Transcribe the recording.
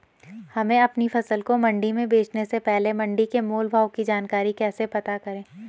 हमें अपनी फसल को मंडी में बेचने से पहले मंडी के मोल भाव की जानकारी कैसे पता करें?